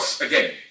again